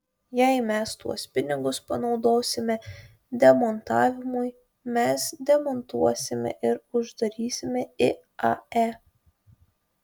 jei mes tuos pinigus panaudosime demontavimui mes demontuosime ir uždarysime iae